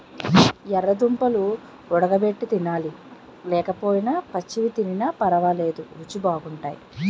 యెర్ర దుంపలు వుడగబెట్టి తినాలి లేకపోయినా పచ్చివి తినిన పరవాలేదు రుచీ గుంటయ్